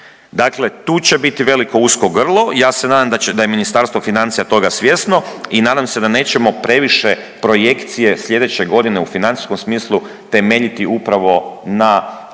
Dakle, tu će biti veliko usko grlo, ja se nadam da je Ministarstvo financija toga svjesno i nadam se da nećemo previše projekcije slijedeće godine u financijskom smislu temeljiti upravo na